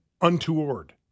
untoward